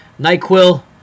NyQuil